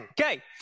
Okay